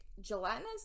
Gelatinous